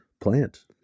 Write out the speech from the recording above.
plant